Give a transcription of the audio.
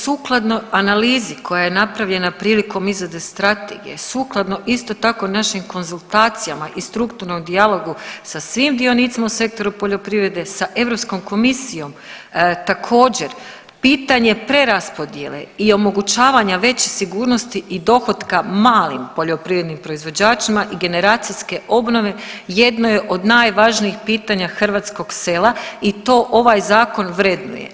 Sukladno analizi koja je napravljena prilikom izradi strategije, sukladno isto tako našim konzultacijama i strukturnom dijalogu sa svim dionicima u sektoru poljoprivrede, sa Europskom komisijom također pitanje preraspodjele i omogućavanja veće sigurnosti i dohotka malim poljoprivrednim proizvođačima i generacijske obnove jedno je od najvažnijih pitanja hrvatskog sela i to ovaj zakon vrednuje.